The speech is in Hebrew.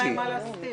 לעבוד?